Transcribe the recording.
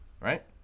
Right